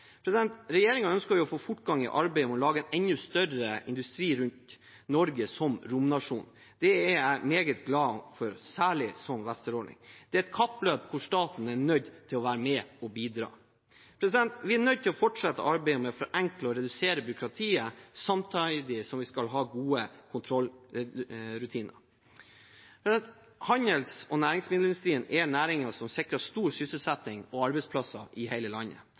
ønsker å få fortgang i arbeidet med å lage en enda større industri rundt Norge som romnasjon. Det er jeg meget glad for, særlig som vesteråling. Det er et kappløp hvor staten er nødt til å være med og bidra. Vi er nødt til å fortsette arbeidet med å forenkle og redusere byråkratiet, samtidig som vi skal ha gode kontrollrutiner. Handelsnæringen og næringsmiddelindustrien er næringer som sikrer stor sysselsetting og arbeidsplasser i hele landet.